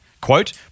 Quote